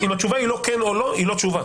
אם התשובה היא לא כן או לא היא לא תשובה.